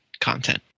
content